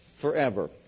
forever